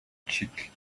cheek